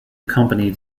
accompany